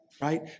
right